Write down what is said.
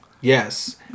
Yes